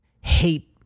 hate